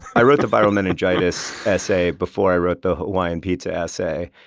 i wrote the viral meningitis essay before i wrote the hawaiian pizza essay.